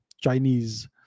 Chinese